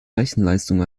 rechenleistung